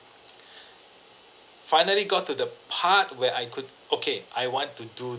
finally got to the part where I could okay I want to do